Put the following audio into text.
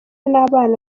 n’abana